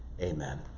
Amen